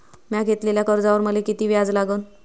म्या घेतलेल्या कर्जावर मले किती व्याज लागन?